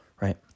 right